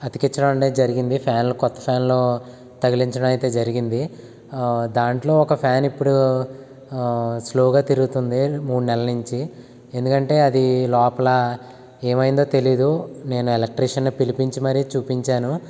అతికించడం అంటే జరిగింది ఫ్యాన్లు కొత్త ఫ్యాన్లు తగిలించడం అయితే జరిగింది దాంట్లో ఒక ఫ్యాన్ ఇప్పుడు స్లోగా తిరుగుతోంది మూడు నెలల నుంచి ఎందుకంటే అది లోపల ఏమైందో తెలీదు నేను ఎలక్ట్రీషియన్ని పిలిపించి మరీ చూపించాను